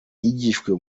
yigishwa